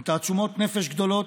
עם תעצומות נפש גדולות,